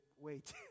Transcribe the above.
wait